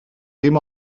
dim